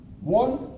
one